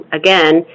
again